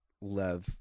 Love